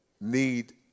need